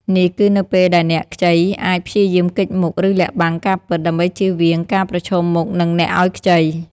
នេះគឺនៅពេលដែលអ្នកខ្ចីអាចព្យាយាមគេចមុខ ឬលាក់បាំងការពិត ដើម្បីជៀសវាងការប្រឈមមុខនឹងអ្នកឲ្យខ្ចី។